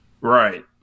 Right